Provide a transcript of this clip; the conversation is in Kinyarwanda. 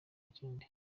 kindi